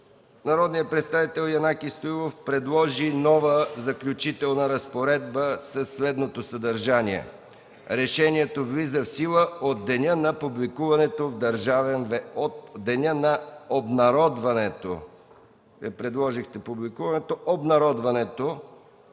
Народният представител Янаки Стоилов предложи нова Заключителна разпоредба със следното съдържание: „Решението влиза в сила от деня на обнародването